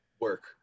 work